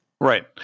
Right